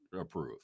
approve